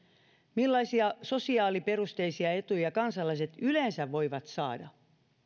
millaisia sosiaaliperusteisia etuja kansalaiset voivat yleensä saada